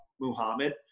Muhammad